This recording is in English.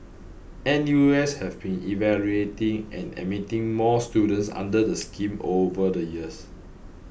N U S have been evaluating and admitting more students under the scheme over the years